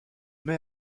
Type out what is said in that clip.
mai